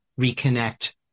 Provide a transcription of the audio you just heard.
reconnect